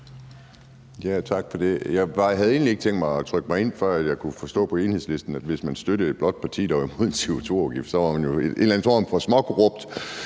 Jeg havde egentlig ikke tænkt mig at trykke mig ind, men så kunne jeg forstå på Enhedslisten, at hvis man støttede et blåt parti, der var imod en CO2-afgift, var man mere eller mindre småkorrupt.